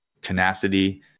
tenacity